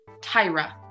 Tyra